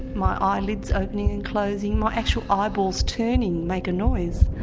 my eyelids opening and closing, my actual eyeballs turning make a noise.